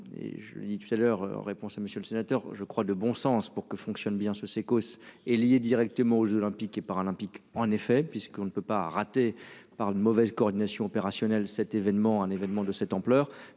je l'ai dit tout à l'heure, en réponse à monsieur le sénateur, je crois, de bon sens pour que fonctionne bien ce Cecos est lié directement aux Jeux olympiques et paralympiques en effet puisqu'on ne peut pas rater par une mauvaise coordination opérationnelle cet événement, un événement de cette ampleur,